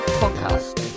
podcast